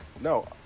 no